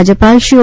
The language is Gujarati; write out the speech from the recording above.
રાજ્યપાલ શ્રી ઓ